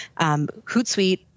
Hootsuite